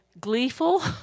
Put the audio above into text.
gleeful